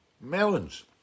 Melons